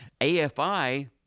AFI